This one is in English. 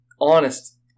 Honest